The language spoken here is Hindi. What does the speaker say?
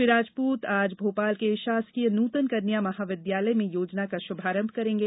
श्री राजपूत आज भोपाल के शासकीय नूतन कन्या महाविद्यालय में योजना का श्रभारंभ करेंगे